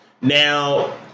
Now